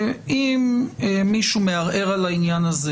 אם מישהו מערער על זה,